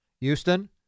Houston